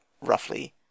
roughly